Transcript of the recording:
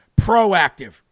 proactive